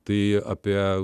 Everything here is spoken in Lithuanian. tai apie